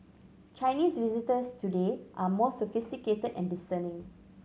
Chinese visitors today are more sophisticated and discerning